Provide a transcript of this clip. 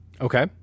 Okay